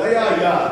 זה היה היעד.